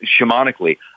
shamanically